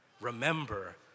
Remember